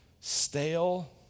stale